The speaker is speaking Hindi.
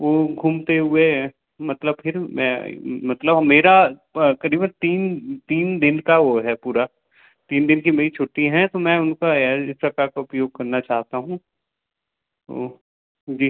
वो घूमते हुए मतलब फिर मैं मतलब मेरा क़रीबन तीन तीन दिन का वो है पूरा तीन दिन कि मेरी छुट्टी है तो मैं उनका इस प्रकार का उपयोग करना चाहता हूँ जी